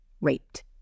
raped